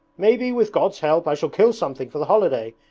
maybe, with god's help, i shall kill something for the holiday.